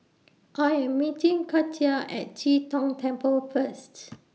I Am meeting Katia At Chee Tong Temple First